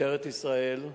משטרת ישראל,